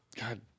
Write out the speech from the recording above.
God